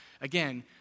again